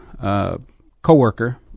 co-worker